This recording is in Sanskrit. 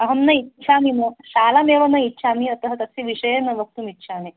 अहं न इच्छामि म शालामेव न इच्छामि अतः तस्य विषये न वक्तुमिच्छामि